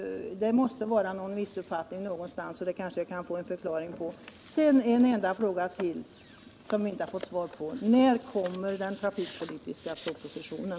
Det måste vara en missuppfattning någonstans, och det kanske jag kan få en förklaring på. Sedan en fråga till som vi inte fått svar på: När kommer den trafikpolitiska propositionen?